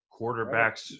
quarterbacks